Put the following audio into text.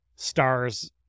stars